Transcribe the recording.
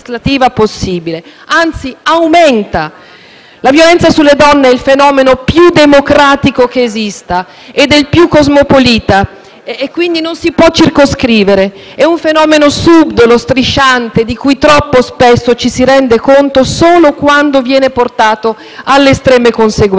La violenza sulle donne è il fenomeno più democratico che esista e il più cosmopolita, quindi non si può circoscrivere. È un fenomeno subdolo, strisciante, di cui troppo spesso ci si rende conto solo quando portato alle estreme conseguenze. La violenza sulle donne ha mille facce